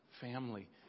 family